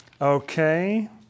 Okay